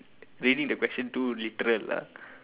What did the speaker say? maybe the question too literal lah